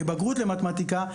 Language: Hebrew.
כבגרות במתמטיקה,